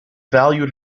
valued